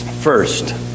First